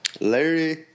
Larry